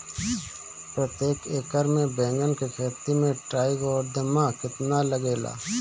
प्रतेक एकर मे बैगन के खेती मे ट्राईकोद्रमा कितना लागेला?